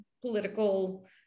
political